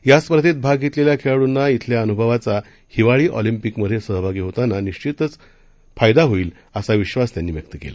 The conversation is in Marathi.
या स्पधेंत भाग घेतलेल्या खेळाडूंना इथल्या अनुभवाचा हिवाळी ऑलिंम्पिकमध्ये सहभागी होताना निश्वितच होईल असा विश्वास त्यांनी व्यक्त केला